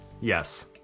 Yes